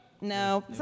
No